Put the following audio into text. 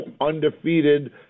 undefeated